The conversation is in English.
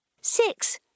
Six